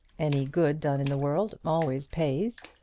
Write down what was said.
any good done in the world always pays.